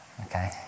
Okay